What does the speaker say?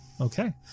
Okay